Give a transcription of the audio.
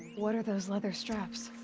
what are those leather straps?